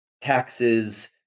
taxes